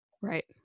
Right